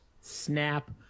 Snap